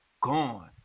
gone